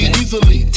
easily